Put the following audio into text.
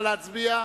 נא להצביע.